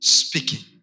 speaking